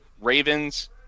Ravens